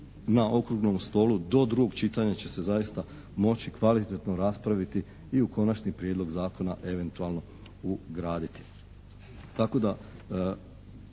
na okruglom stolu do drugog čitanja će se zaista moći kvalitetno raspraviti i u konačni prijedlog zakona eventualno ugraditi.